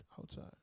outside